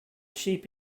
sheep